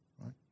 right